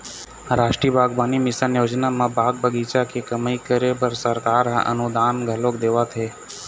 रास्टीय बागबानी मिसन योजना म बाग बगीचा के कमई करे बर सरकार ह अनुदान घलोक देवत हे